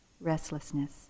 restlessness